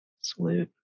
salute